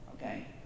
okay